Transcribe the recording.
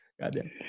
Goddamn